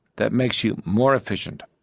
that makes you more efficient.